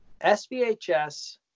SVHS